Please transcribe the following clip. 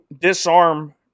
disarm